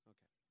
Okay